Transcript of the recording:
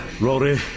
Rory